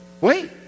Wait